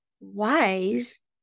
wise